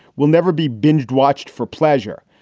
we'll never be binge watched for pleasure.